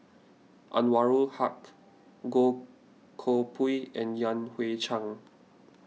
Anwarul Haque Goh Koh Pui and Yan Hui Chang